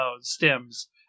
stems